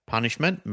Punishment